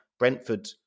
Brentford